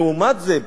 לעומת זה,